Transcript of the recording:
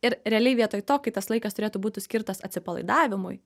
ir realiai vietoj to kai tas laikas turėtų būti skirtas atsipalaidavimui